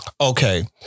Okay